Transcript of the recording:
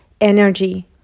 energy